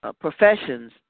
professions